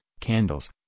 candles